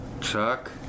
Chuck